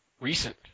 recent